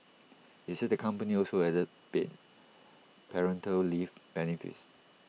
he said the company also added paid parental leave benefits